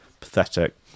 pathetic